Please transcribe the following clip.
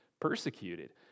persecuted